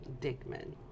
Dickman